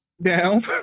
down